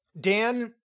Dan